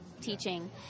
teaching